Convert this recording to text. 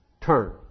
turn